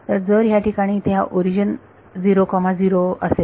तर जर या ठिकाणी इथे हा ओरिजिन00 असेल